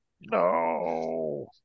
No